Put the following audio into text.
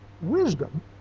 Wisdom